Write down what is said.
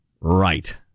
Right